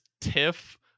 tiff